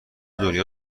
دنیا